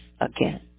Again